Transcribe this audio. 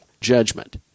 judgment